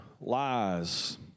lies